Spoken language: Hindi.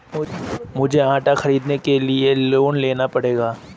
मुझे ऑटो खरीदने के लिए लोन लेना पड़ेगा